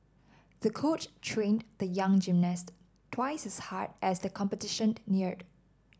the coach trained the young gymnast twice as hard as the competition neared